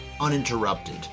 uninterrupted